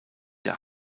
der